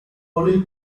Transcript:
only